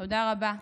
תודה רבה.